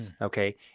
okay